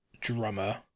drummer